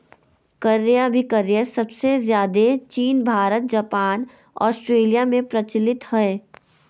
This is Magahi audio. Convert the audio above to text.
क्रय अभिक्रय सबसे ज्यादे चीन भारत जापान ऑस्ट्रेलिया में प्रचलित हय